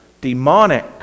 demonic